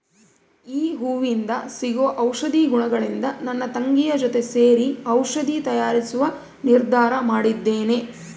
ಈ ಹೂವಿಂದ ಸಿಗುವ ಔಷಧಿ ಗುಣಗಳಿಂದ ನನ್ನ ತಂಗಿಯ ಜೊತೆ ಸೇರಿ ಔಷಧಿ ತಯಾರಿಸುವ ನಿರ್ಧಾರ ಮಾಡಿದ್ದೇನೆ